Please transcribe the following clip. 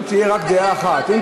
אם תהיה רק דעה אחת, אם